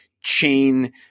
chain